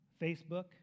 Facebook